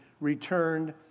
returned